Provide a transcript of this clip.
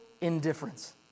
indifference